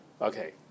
Okay